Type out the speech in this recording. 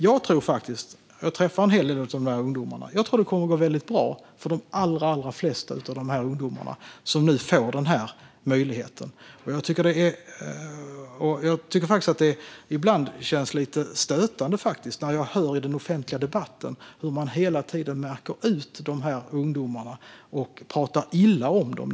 Jag träffar en hel del av dessa ungdomar, och jag tror att det kommer att gå väldigt bra för de allra flesta av dem som fått denna möjlighet. Det känns faktiskt lite stötande ibland när jag hör hur man i den offentliga debatten hela tiden märker ut dessa ungdomar och talar illa om dem.